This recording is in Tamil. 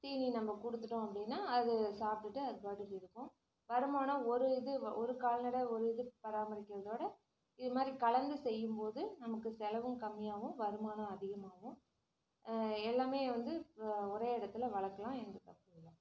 தீனி நம்ம கொடுத்துட்டோம் அப்படின்னா அது சாப்பிட்டுட்டு அது பாட்டுக்கு இருக்கும் வருமானம் ஒரு இது ஒரு கால்நடை ஒரு இது பராமரிக்கிறதோட இது மாதிரி கலந்து செய்யும்போது நமக்கு செலவும் கம்மியாகவும் வருமானம் அதிகமாகவும் எல்லாமே வந்து ஒரே இடத்துல வளர்க்கலாம் எந்த தப்பும் இல்லை